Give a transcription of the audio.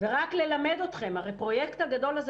ורק ללמד אתכם הרי הפרויקט הגדול הזה